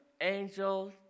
angels